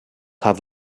have